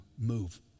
move